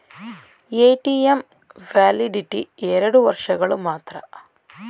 ATM validity ಎರಡು ವರ್ಷಗಳು ಮಾತ್ರ